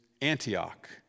Antioch